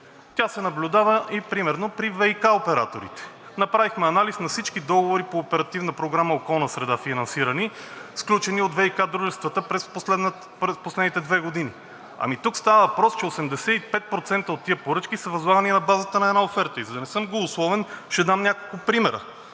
тя се наблюдава примерно и при ВиК операторите. Направихме анализ на всички договори, финансирани по Оперативна програма „Околна среда“, сключени от ВиК дружествата през последните две години. Тук става въпрос, че 85% от тези поръчки са възлагани на базата на една оферта. И за да не съм голословен, ще дам няколко примера: